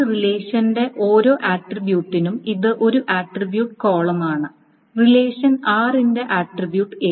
ഒരു റിലേഷന്റെ ഓരോ ആട്രിബ്യൂട്ടിനും ഇത് ഒരു ആട്രിബ്യൂട്ട് കോളമാണ് റിലേഷൻ r ന്റെ ആട്രിബ്യൂട്ട് A